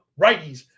righties